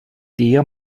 der